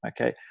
Okay